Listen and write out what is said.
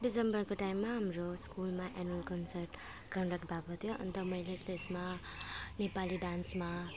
दिसम्बरको टाइममा हाम्रो स्कुलमा एनुवल कन्सर्ट कन्डक्ट भएको थियो अन्त मैले त्यसमा नेपाली डान्समा